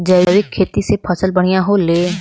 जैविक खेती से फसल बढ़िया होले